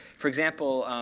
for example,